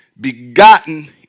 begotten